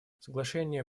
соглашение